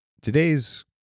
Today's